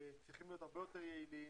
צריכה להיות יותר יעילה,